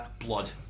Blood